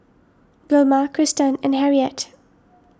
Vilma Kristan and Harriet